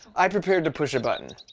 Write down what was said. i'd prepared to push a button